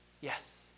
Yes